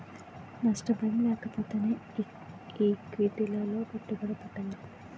నష్ట భయం లేకపోతేనే ఈక్విటీలలో పెట్టుబడి పెట్టగలం